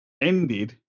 ended